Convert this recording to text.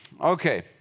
Okay